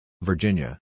Virginia